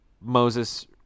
Moses